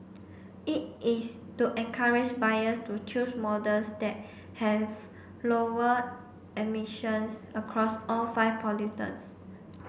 it is to encourage buyers to choose models that have lower emissions across all five pollutants